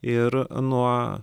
ir nuo